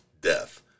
death